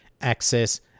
access